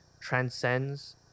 transcends